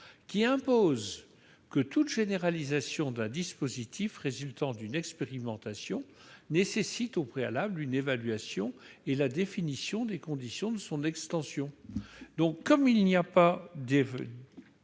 de laquelle toute généralisation d'un dispositif résultant d'une expérimentation nécessite au préalable une évaluation et la définition des conditions de son extension. Comme il n'y a pas d'expérimentation,